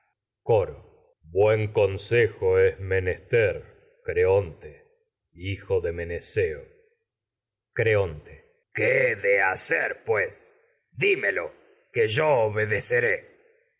coro buen consejo es menester creonte hijo de meneceo creonte obedeceré coro rránea qué he de hacer pues dimelo que yo